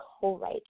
co-write